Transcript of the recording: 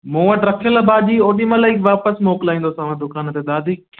मूं वटि रखियल भाॼी ओॾी महिल ई वापसि मोकिलाईंदोसांव दुकान ते दादी